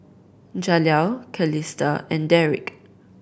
Jaleel Calista and Derick